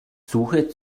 suche